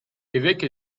évêque